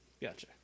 Gotcha